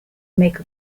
make